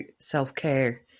self-care